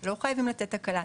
לא חייבים לתת הקלה,